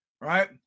Right